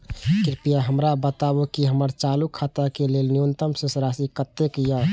कृपया हमरा बताबू कि हमर चालू खाता के लेल न्यूनतम शेष राशि कतेक या